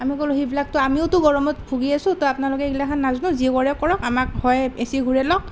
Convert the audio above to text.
আমি ক'লোঁ সেইবিলাকতো আমিওতো গৰমত ভুগি আছোঁ তো আপোনালোকে এইগিলাখন নাজানো যি কৰে কৰক আমাক হয় এ চি ঘূৰাই লওক